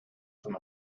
from